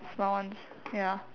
small ones ya